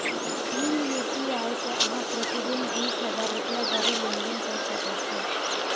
भीम UPI सं अहां प्रति दिन बीस हजार रुपैया धरि लेनदेन कैर सकै छी